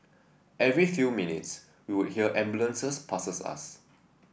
every few minutes we would hear ambulances passes us